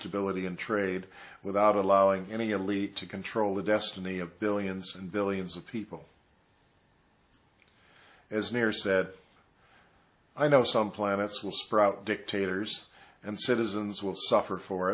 stability and trade without allowing any elite to control the destiny of billions and billions of people as mere said i know some planets will sprout dictators and citizens will suffer for